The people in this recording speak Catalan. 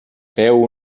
féu